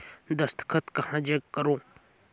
दस्खत कहा जग करो?